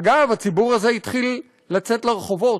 אגב, הציבור הזה התחיל לצאת לרחובות.